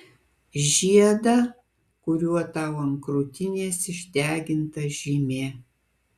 žiedą kuriuo tau ant krūtinės išdeginta žymė